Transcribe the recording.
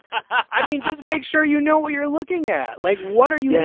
i mean, just make sure you know what you're looking at. like, what are you